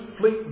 fleet